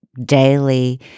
Daily